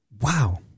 Wow